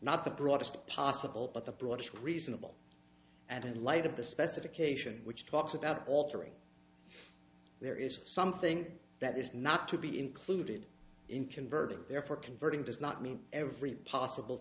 not the broadest possible but the broadest reasonable and in light of the specification which talks about altering there is something that is not to be included in converting there for converting does not mean every possible